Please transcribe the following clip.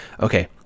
okay